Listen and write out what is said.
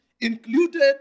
included